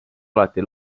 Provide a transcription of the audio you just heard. alati